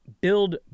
build